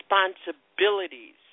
responsibilities